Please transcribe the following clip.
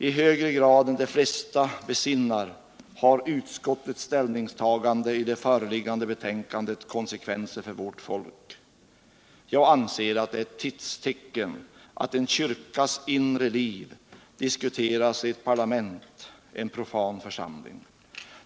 I högre grad än vad de flesta besinnar medför utskottets ställningstagande i det föreliggande betänkandet konsekvenser för vårt folk. Jag anser att det är ett tidstecken att en kyrkas inre liv diskuteras i ett parlament, en profan församling.